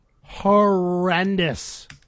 horrendous